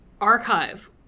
archive